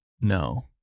No